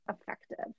effective